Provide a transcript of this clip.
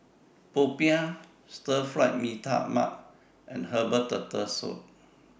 Popiah Stir Fry Mee Tai Mak and Herbal Turtle Soup